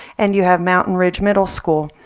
and you have mountain ridge middle school.